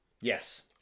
Yes